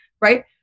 Right